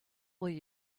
will